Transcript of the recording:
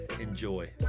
Enjoy